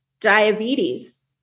diabetes